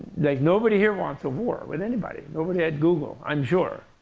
like nobody here wants a war with anybody. nobody at google, i'm sure,